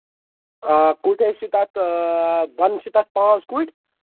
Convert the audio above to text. آ کوٗتاہ حظ چھُ تَتھ بۅنہٕ چھِ تَتھ پانٛژھ کُٹھ